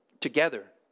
together